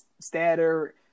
Statter